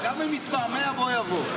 גם אם יתמהמה, בוא יבוא.